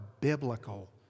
biblical